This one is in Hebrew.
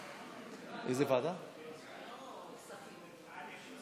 דחיית מועד תשלום מיסים בעת מצב מיוחד בעורף (תיקוני חקיקה),